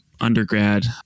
undergrad